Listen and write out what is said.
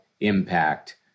impact